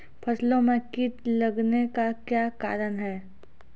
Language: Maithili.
फसलो मे कीट लगने का क्या कारण है?